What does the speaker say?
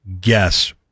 guess